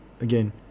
again